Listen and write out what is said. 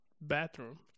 Bathroom